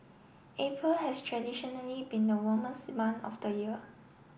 April has traditionally been the warmest month of the year